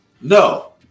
No